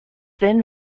then